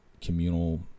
communal